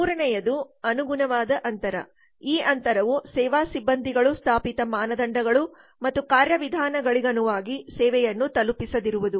ಮೂರನೆಯದು ಅನುಗುಣವಾದ ಅಂತರ ಈ ಅಂತರವು ಸೇವಾ ಸಿಬ್ಬಂದಿಗಳು ಸ್ಥಾಪಿತ ಮಾನದಂಡಗಳು ಮತ್ತು ಕಾರ್ಯವಿಧಾನಗಳಿಗನುಗುಣವಾಗಿ ಸೇವೆಯನ್ನು ತಲುಪಿಸದಿರುವುದು